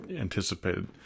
anticipated